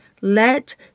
Let